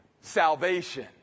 salvation